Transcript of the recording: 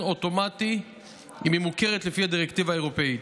אוטומטי אם היא מוכרת לפי הדירקטיבה האירופית.